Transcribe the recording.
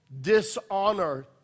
dishonor